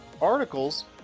articles